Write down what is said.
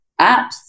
apps